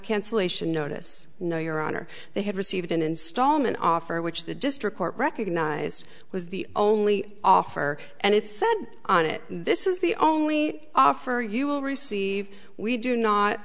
cancellation notice no your honor they had received an installment offer which the district court recognized was the only offer and it said on it this is the only offer you will receive we do not